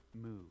move